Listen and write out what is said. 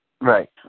Right